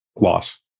loss